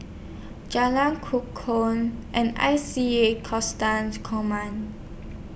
Jalan Kukoh and I C A Command